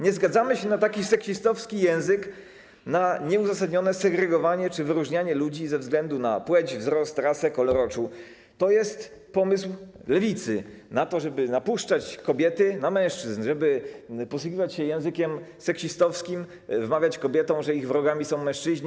Nie zgadzamy się na taki seksistowski język, na nieuzasadnione segregowanie czy wyróżnianie ludzi ze względu na płeć, wzrost, rasę, kolor oczu - to jest pomysł Lewicy na to, żeby napuszczać kobiety na mężczyzn, żeby posługiwać się językiem seksistowskim, wmawiać kobietom, że ich wrogami są mężczyźni.